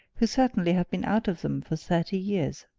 who certainly had been out of them for thirty years.